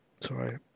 sorry